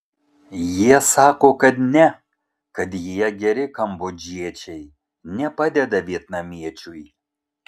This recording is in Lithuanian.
jie sako kad ne kad jie geri kambodžiečiai nepadeda vietnamiečiui